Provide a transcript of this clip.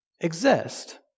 exist